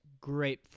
great